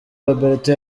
roberto